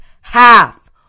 half